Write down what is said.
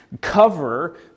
cover